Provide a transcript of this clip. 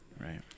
Right